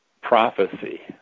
prophecy